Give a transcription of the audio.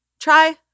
try